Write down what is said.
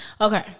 Okay